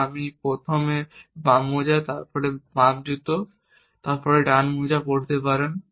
বা আপনি প্রথমে বাম মোজা পরে বাম জুতা তারপর ডান মোজা পরতে পারেন